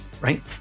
Right